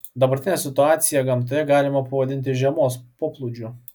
dabartinę situaciją gamtoje galima pavadinti žiemos poplūdžiu